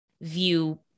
view